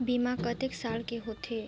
बीमा कतेक साल के होथे?